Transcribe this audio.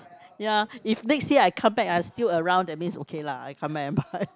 ya if next year I come back ah it's still around that means okay lah I come back and buy